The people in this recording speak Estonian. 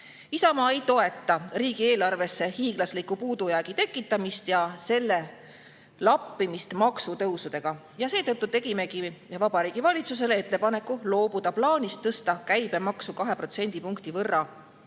Isamaa ei toeta riigieelarvesse hiiglasliku puudujäägi tekitamist ja selle lappimist maksutõusudega. Seetõttu teemegi Vabariigi Valitsusele ettepaneku loobuda plaanist tõsta käibemaksu 2 protsendipunkti võrra.